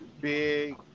Big